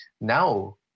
now